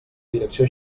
direcció